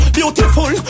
Beautiful